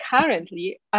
currently